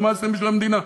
מה עשיתם בשביל המדינה,